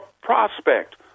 prospect